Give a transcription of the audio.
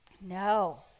No